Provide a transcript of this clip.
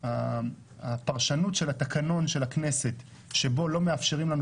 הפרשנות של התקנון של הכנסת שלא מאפשרת לנו